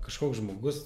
kažkoks žmogus